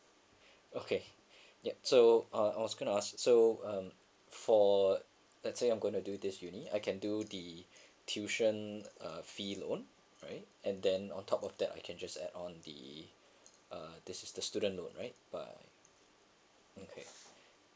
okay yup so uh I was gonna ask so um for let's say I'm gonna do this uni I can do the tuition uh fee loan right and then on top of that I can just add on the uh this is the student loan right by okay